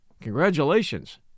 Congratulations